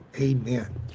Amen